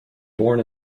born